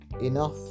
enough